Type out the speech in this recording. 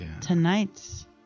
tonight's